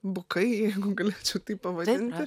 bukai jeigu galėčiau taip pavadinti